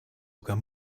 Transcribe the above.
sogar